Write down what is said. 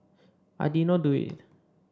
I did not do it